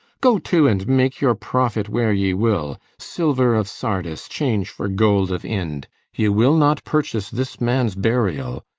go to, and make your profit where ye will, silver of sardis change for gold of ind ye will not purchase this man's burial,